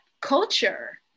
culture